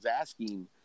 asking